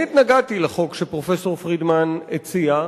אני התנגדתי לחוק שפרופסור פרידמן הציע,